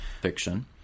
fiction